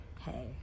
hey